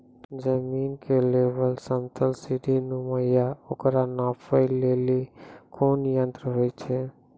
जमीन के लेवल समतल सीढी नुमा या औरो नापै लेली कोन यंत्र होय छै?